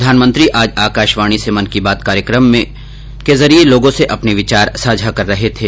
प्रधानमंत्री आज आकाशवाणी से मन की बात कार्यक्रम में जरिये लोगों से अपने विचार साझा कर रहे थे